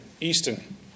Easton